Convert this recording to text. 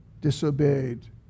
disobeyed